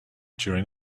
during